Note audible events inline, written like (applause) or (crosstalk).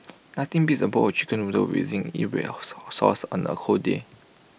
nothing beats A bowl of Chicken Noodles within (unintelligible) sauce on A cold day